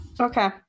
Okay